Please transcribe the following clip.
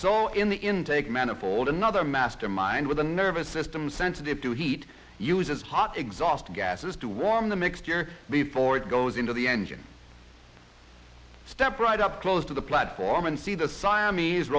so in the intake manifold another mastermind with a nervous system sensitive to heat uses hot exhaust gases to warm the mixture before it goes into the engine step right up close to the platform and see the siamese